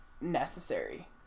necessary